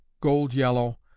gold-yellow